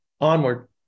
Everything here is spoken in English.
Onward